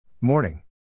Morning